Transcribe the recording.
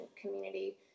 community